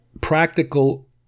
practical